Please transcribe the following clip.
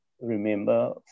remember